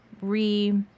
re